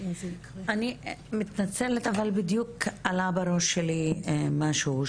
אני מתנצלת, אבל בדיוק עלה בראשי משהו.